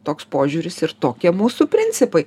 toks požiūris ir tokie mūsų principai